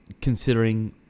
considering